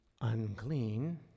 unclean